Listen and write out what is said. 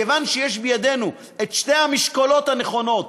כיוון שיש בידנו שתי המשקולות הנכונות,